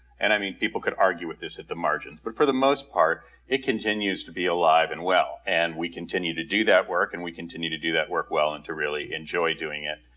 and i mean people could argue with this at the margins, but for the most part it continues to be alive and well. and we continue to do that work and we continue to do that work well and to really enjoy doing it.